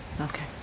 Okay